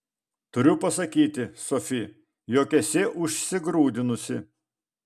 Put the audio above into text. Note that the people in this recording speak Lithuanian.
turiu pasakyti sofi jog esi užsigrūdinusi